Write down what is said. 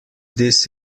this